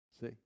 See